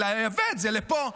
ולייבא את זה לפה.